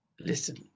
Listen